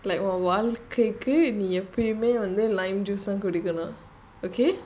like வாழ்க்கைக்குஎப்பயுமேவந்து:valkaiku epayume vandhu lime juice தான்குடிக்கணும்:than kudikanum okay